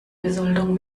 besoldung